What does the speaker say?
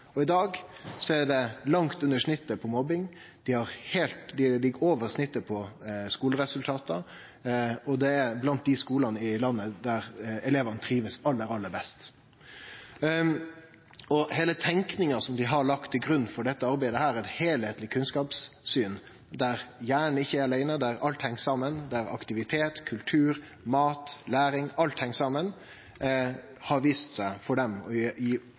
I dag ligg dei langt under snittet når det gjeld mobbing, dei ligg over snittet når det gjeld skuleresultat, og dei er blant dei skulane i landet der elevane trivst aller, aller best. Heile tenkinga dei har lagt til grunn for dette arbeidet – eit heilskapleg kunnskapssyn der hjernen ikkje er aleine, der aktivitet, kultur, mat, læring, alt, heng saman, har vist seg for dei å gi